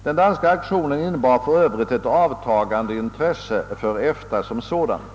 Den danska aktionen innebar för övrigt ett avtagande intresse för EFTA som sådant.